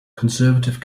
conservative